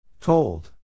Told